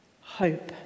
hope